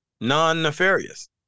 non-nefarious